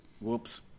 Whoops